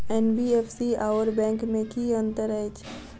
NBFC आओर bank मे की अंतर अछि?